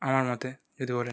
আমার মতে যদি বলেন